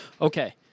Okay